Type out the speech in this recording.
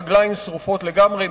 רגליים שרופות לגמרי.